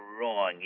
wrong